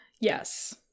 Yes